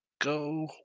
go